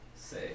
Say